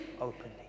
openly